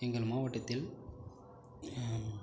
எங்கள் மாவட்டத்தில்